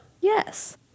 Yes